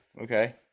okay